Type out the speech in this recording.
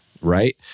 right